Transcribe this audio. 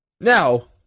Now